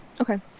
Okay